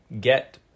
get